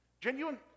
Genuine